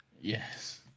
Yes